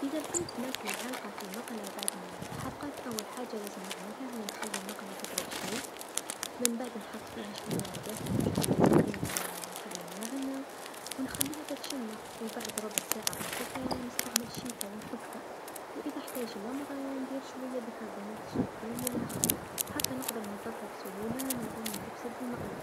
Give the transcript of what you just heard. إذا لقيت ماكله عالقه في المقله بعد ما تحرقت، أولا حاجه لازم نعملها هي نخلي المقله تبرد شويا منبعد نحط فيها شويا ما دافي و شويا صابون نتاع الموعن و نخليها تتشمخ و بعد ربع ساعه هكاكا نستعمل الشيته و نحكها و اذا إحتاج الأمر ندير شويا بيكربونات الصوديوم و لا خل، هكذا نقدر نضفها بسهوله من غير ما تفسد المقله.